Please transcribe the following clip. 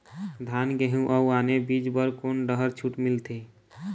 धान गेहूं अऊ आने बीज बर कोन डहर छूट मिलथे?